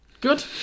Good